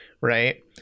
right